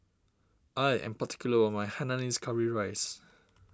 I am particular about my Hainanese Curry Rice